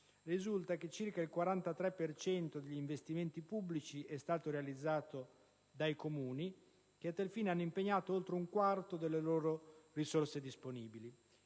risulta che circa il 43 per cento degli investimenti pubblici è stato realizzato dai Comuni, che a tal fine hanno impegnato oltre un quarto delle loro risorse disponibili.